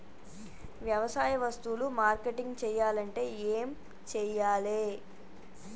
వ్యవసాయ వస్తువులు మార్కెటింగ్ చెయ్యాలంటే ఏం చెయ్యాలే?